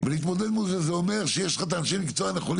ולהתמודד מול זה זה אומר שיש לך את אנשי המקצוע הנכונים